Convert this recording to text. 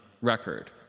record